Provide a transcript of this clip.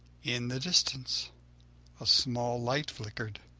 in the distance a small light flickered.